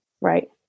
Right